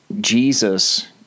Jesus